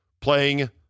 playing